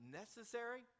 necessary